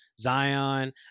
zion